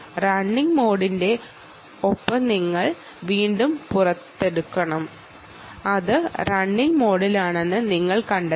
running മോഡിന്റെ signature നിങ്ങൾ വീണ്ടും എടുക്കണം അത് റണ്ണിംഗ് മോഡിലാണെന്ന് നിങ്ങൾ കണ്ടെത്തണം